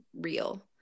real